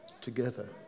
together